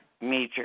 major